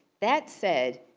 that said,